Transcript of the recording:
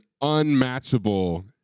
unmatchable